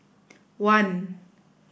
one